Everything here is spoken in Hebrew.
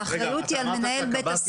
האחריות היא על מנהל בית-הספר.